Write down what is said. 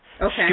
Okay